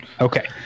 Okay